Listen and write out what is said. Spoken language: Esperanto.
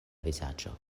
vizaĝo